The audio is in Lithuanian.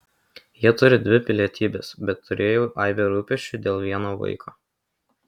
jie turi dvi pilietybes bet turėjau aibę rūpesčių dėl vieno vaiko